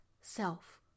self